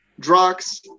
drugs